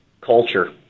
Culture